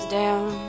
down